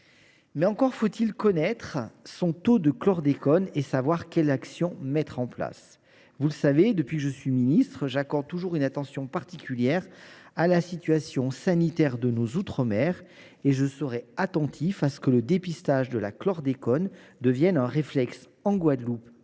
il pour cela connaître son taux de chlordécone et savoir quelle action mettre en place. Depuis que je suis ministre, j’accorde toujours une attention particulière à la situation sanitaire de nos outre mer ; je serai attentif à ce que le dépistage du chlordécone devienne un réflexe en Guadeloupe